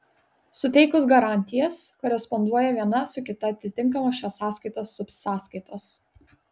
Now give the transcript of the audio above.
suteikus garantijas koresponduoja viena su kita atitinkamos šios sąskaitos subsąskaitos